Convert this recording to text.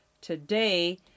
today